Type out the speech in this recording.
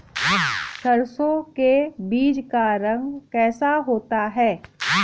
सरसों के बीज का रंग कैसा होता है?